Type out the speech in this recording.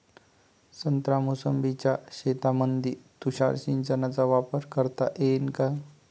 संत्रा मोसंबीच्या शेतामंदी तुषार सिंचनचा वापर करता येईन का?